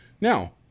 Now